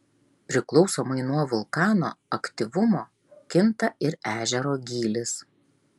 priklausomai nuo vulkano aktyvumo kinta ir ežero gylis